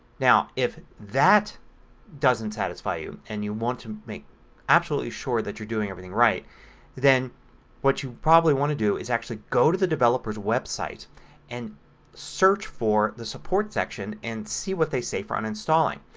now if that doesn't satisfy you and you want to make absolutely sure that you are doing everything right then what you probably want to do is actually go to the developers website and search for the support section and see what they say for uninstalling.